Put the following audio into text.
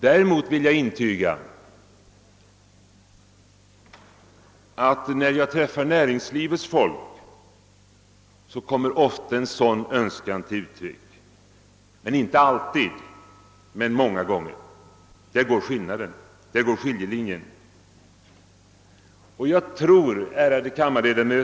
Däremot kan jag intyga att en sådan önskan ofta framförts vid kontakter med näringslivets folk. Det händer inte alltid men ofta. Där går skiljelinjen. Ärade kammarledamöter!